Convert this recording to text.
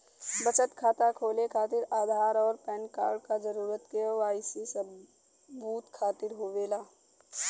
बचत खाता खोले खातिर आधार और पैनकार्ड क जरूरत के वाइ सी सबूत खातिर होवेला